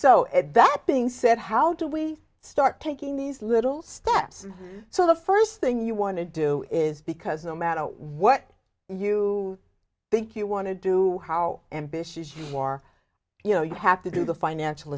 so that being said how do we start taking these little steps so the first thing you want to do is because no matter what you think you want to do how ambitious you are you know you have to do the financial